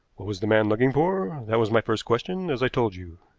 what was the man looking for? that was my first question, as i told you.